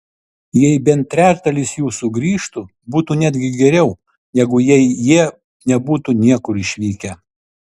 jei bent trečdalis jų sugrįžtų būtų netgi geriau negu jei jie nebūtų niekur išvykę